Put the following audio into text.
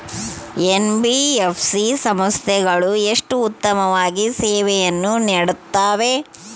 NBFC ಸಂಸ್ಥೆಗಳು ಎಷ್ಟು ಉತ್ತಮವಾಗಿ ಸೇವೆಯನ್ನು ನೇಡುತ್ತವೆ?